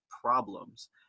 problems